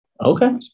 Okay